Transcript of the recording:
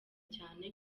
cyane